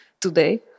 today